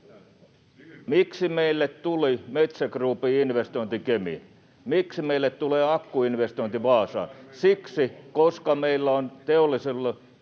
Miksi meille tuli Metsä Groupin investointi Kemiin? Miksi meille tulee akkuinvestointi Vaasaan? Siksi, koska meillä on teollisuudelle